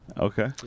Okay